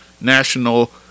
National